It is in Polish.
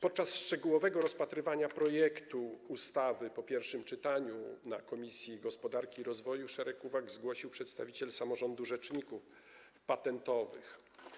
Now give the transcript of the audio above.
Podczas szczegółowego rozpatrywania projektu ustawy po pierwszym czytaniu na posiedzeniu Komisji Gospodarki i Rozwoju szereg uwag zgłosił przedstawiciel samorządu rzeczników patentowych.